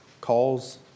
Calls